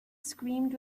screamed